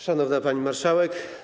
Szanowna Pani Marszałek!